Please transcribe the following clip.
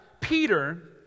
Peter